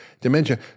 dementia